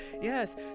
Yes